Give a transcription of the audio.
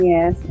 Yes